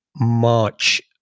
March